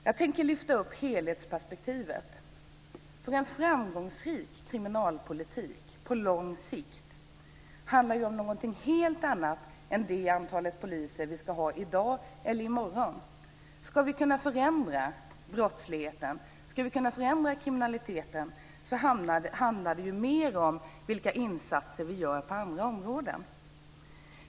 Jag tänker lyfta upp helhetsperspektivet, för en framgångsrik kriminalpolitik på lång sikt handlar ju om något helt annat än det antal poliser vi ska ha i dag eller i morgon. Ska vi kunna förändra brottsligheten, ska vi kunna förändra kriminaliteten, handlar det ju mer om vilka insatser vi gör på andra områden.